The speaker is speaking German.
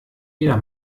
jeder